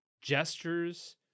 gestures